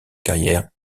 carrière